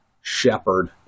shepherd